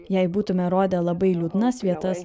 jei būtume rodę labai liūdnas